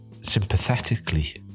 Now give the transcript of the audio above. sympathetically